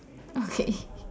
okay